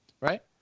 right